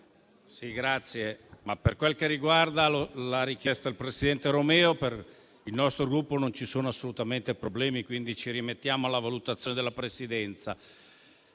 Presidente, per quel che riguarda la richiesta del presidente Romeo, per il nostro Gruppo non ci sono assolutamente problemi, quindi ci rimettiamo alla valutazione della Presidenza.